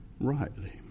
rightly